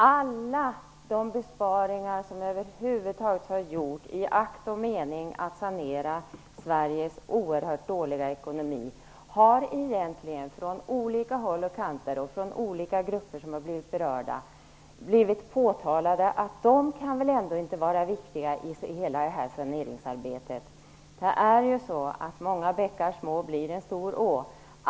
Alla besparingar som över huvud taget har gjorts i akt och mening för att sanera Sveriges oerhört dåliga ekonomi har från olika håll och från olika grupper som har blivit berörda inte ansetts som viktiga i saneringsarbetet. Många bäckar små blir en stor å.